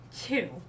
two